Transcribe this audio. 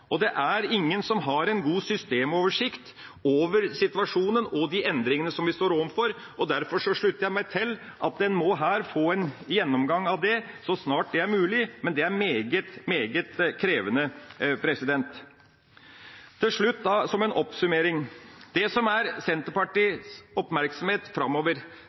Det er ingen som har en god systemoversikt over situasjonen og de endringene vi står overfor, og derfor slutter jeg meg til at vi må få en gjennomgang av dette så snart det er mulig – men det blir meget, meget krevende. En oppsummering til slutt,